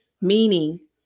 Meaning